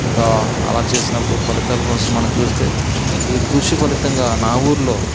ఇక అలా చేసినప్పుడు ఫలితాలు కోసం మనం చూస్తే ఈ కృషి ఫలితంగా నా ఊర్లో